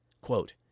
Quote